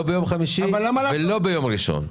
לא ביום חמישי ולא ביום ראשון.